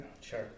Sure